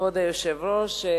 היושב-ראש.